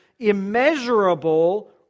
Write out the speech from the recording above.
immeasurable